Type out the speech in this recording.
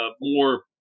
more